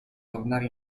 tornare